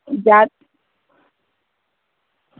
যার